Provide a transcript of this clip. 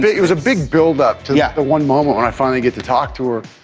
it was a big build-up to yeah the one moment when i finally get to talk to her,